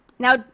Now